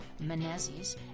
Menezes